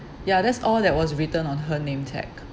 ya that's all that was written on her name tag